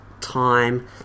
time